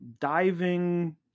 diving